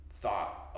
thought